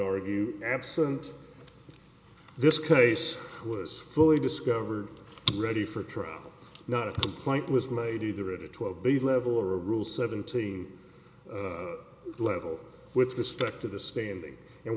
argue absent this case was fully discovered ready for trial not a complaint was made either at a twelve base level or rule seventeen level with respect to the standing and